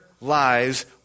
lives